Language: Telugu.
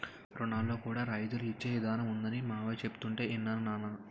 రుణాల్లో కూడా రాయితీలు ఇచ్చే ఇదానం ఉందనీ మావయ్య చెబుతుంటే యిన్నాను నాన్నా